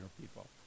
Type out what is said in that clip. people